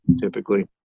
typically